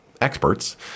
experts